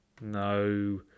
No